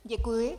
Děkuji.